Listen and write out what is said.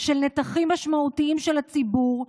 של נתחים משמעותיים של הציבור,